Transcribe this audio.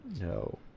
No